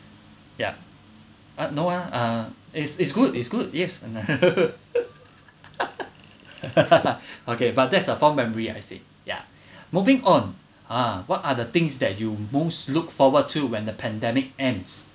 yup uh no ah uh it's it's good it's good yes okay but that's a fond memory I said ya moving on ha what are the things that you most look forward to when the pandemic ends